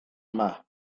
yma